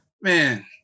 Man